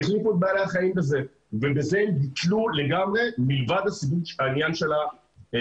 והחליפו את בעלי החיים בזה ובזה הם ביטלו לגמרי מלבד העניין של טראומה.